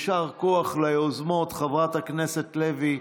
יישר כוח ליוזמות, חברת הכנסת לוי,